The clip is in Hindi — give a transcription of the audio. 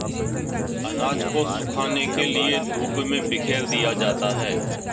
अनाज को सुखाने के लिए धूप में बिखेर दिया जाता है